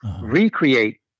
recreate